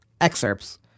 excerpts